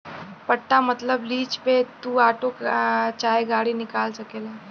पट्टा मतबल लीज पे तू आटो चाहे गाड़ी निकाल सकेला